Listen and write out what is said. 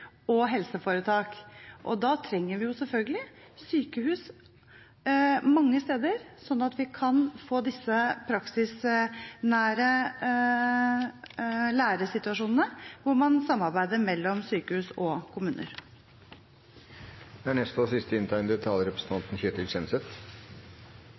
og helseforetak. Da trenger vi selvfølgelig sykehus mange steder, sånn at vi kan få disse praksisnære læresituasjonene hvor man samarbeider mellom sykehus og